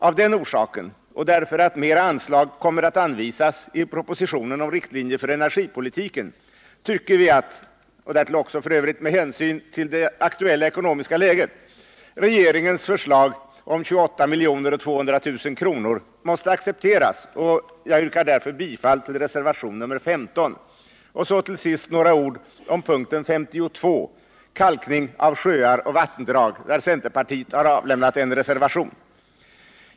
Av den orsaken och därför att mera anslag kommer att anvisas i propositionen om riktlinjer för energipolitiken tycker vi att — därtill också med hänsyn till det aktuella ekonomiska läget — regeringens förslag om 28 200 000 kr. måste accepteras, och jag yrkar därför bifall till reservation nr 15. Så till sist några ord om punkten 52, kalkning av sjöar och vattendrag, där centerpartiet har avlämnat en reservation.